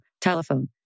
Telephone